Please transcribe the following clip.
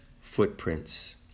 footprints